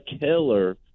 killer